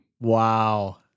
Wow